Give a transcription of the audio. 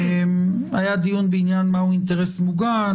היה דיון בשאלה מהו אינטרס מוגן,